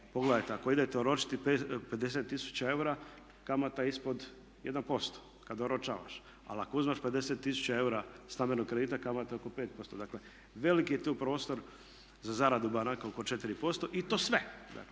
pogledajte ako idete oročiti 50 000 eura kamata je ispod 1% kad oročavaš. Ali ako uzimaš 50 000 eura stambenog kredita kamata je oko 5%. Dakle, veliki je tu prostor za zaradu banaka oko 4% i to sve,